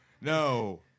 No